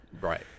Right